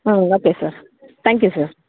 okay sir thank you sir